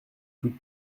toute